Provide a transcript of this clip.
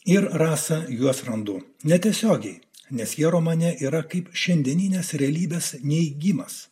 ir rasa juos randu netiesiogiai nes jie romane yra kaip šiandieninės realybės neigimas